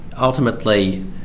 Ultimately